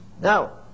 Now